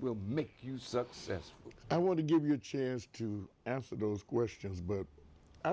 will make you successful i want to give you a chance to answer those questions but i